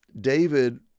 David